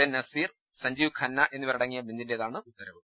A Nazeer Sanjiv Khanna എന്നി വരടങ്ങിയ ബെഞ്ചിന്റേതാണ് ഉത്തരവ്